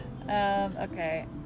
Okay